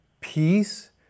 peace